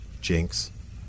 jinx